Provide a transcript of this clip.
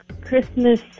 Christmas